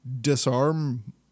disarm